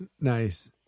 Nice